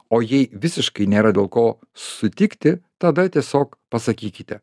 o jei visiškai nėra dėl ko sutikti tada tiesiog pasakykite